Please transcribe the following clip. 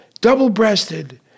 double-breasted